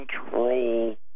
control